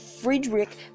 Friedrich